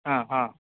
हा हा